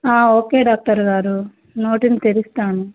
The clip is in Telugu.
ఓకే డాక్టర్ గారు నోటిని తెరుస్తాను